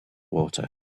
water